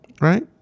right